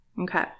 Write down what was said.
Okay